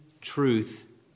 truth